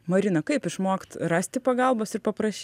marina kaip išmokt rasti pagalbos ir paprašyt